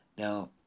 Now